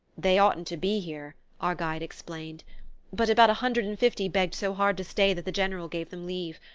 they oughtn't to be here, our guide explained but about a hundred and fifty begged so hard to stay that the general gave them leave.